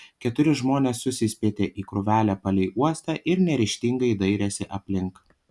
keturi žmonės susispietė į krūvelę palei uostą ir neryžtingai dairėsi aplink